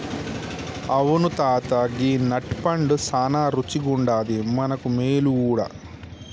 అవును తాత గీ నట్ పండు సానా రుచిగుండాది మనకు మేలు గూడా